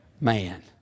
man